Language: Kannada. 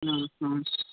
ಹ್ಞೂ ಹ್ಞೂ